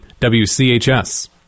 wchs